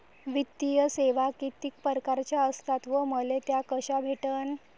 वित्तीय सेवा कितीक परकारच्या असतात व मले त्या कशा भेटन?